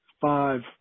five